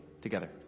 together